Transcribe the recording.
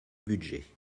budget